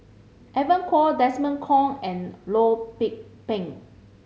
Evon Kow Desmond Kon and Loh Peng